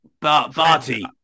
Barty